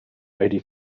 eighty